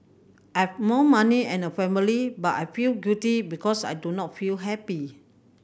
I have more money and a family but I feel guilty because I do not feel happy